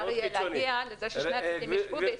יהיה להגיע לזה ששני הצדדים יישבו ויסכמו.